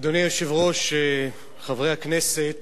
אדוני היושב-ראש, חברי הכנסת,